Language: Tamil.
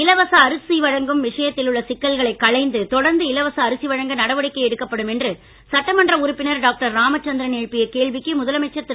இலவச அரிசி வழங்கும் விஷயத்திலுள்ள சிக்கல்களைக் களைந்து தொடர்ந்து இலவச அரிசி வழங்க நடவடிக்கை எடுக்கப்படும் என்று சட்டமன்ற உறுப்பினர் டாக்டர் ராமச்சந்திரன் எழுப்பிய கேள்விக்கு முதலமைச்சர் திரு